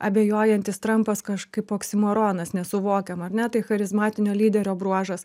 abejojantis trampas kažkaip oksimoronas nesuvokiam ar ne tai charizmatinio lyderio bruožas